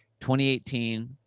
2018